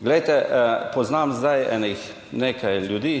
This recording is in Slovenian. Glejte, poznam zdaj enih nekaj ljudi,